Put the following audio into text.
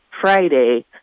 Friday